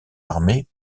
armés